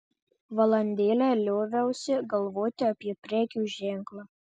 valandėlę lioviausi galvoti apie prekių ženklą